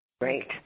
great